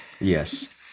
Yes